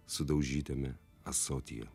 sudaužytame ąsotyje